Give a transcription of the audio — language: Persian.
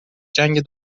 جنگ